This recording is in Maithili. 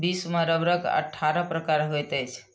विश्व में रबड़क अट्ठारह प्रकार होइत अछि